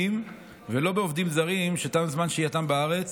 ולא בעובדים זרים שתם זמן שהייתם בארץ,